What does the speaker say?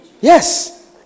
Yes